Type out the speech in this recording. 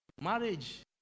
Marriage